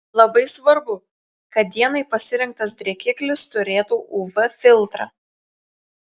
labai svarbu kad dienai pasirinktas drėkiklis turėtų uv filtrą